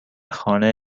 خانه